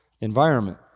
environment